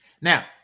Now